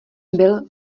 byl